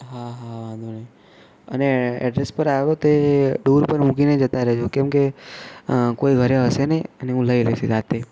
હા હા વાંધો નહીં અને એડ્રેસ પર આવો તે ડૂર પર મૂકીને જતાં રહેજો કેમ કે કોઈ ઘરે હશે નહીં અને હું લઈ લઈશ એ રાતે